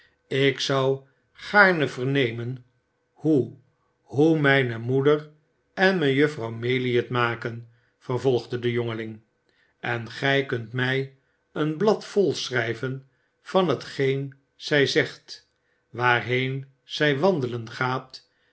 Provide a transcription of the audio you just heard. ik zou gaarne vernemen hoe hoe mijne moeder en mejuffrouw maylie het maken vervolgde de jongeling en gij kunt mij een blad vol schrijven van hetgeen zij zegt waarheen zij wandelen gaat